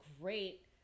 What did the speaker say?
great